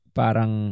parang